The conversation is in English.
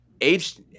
Age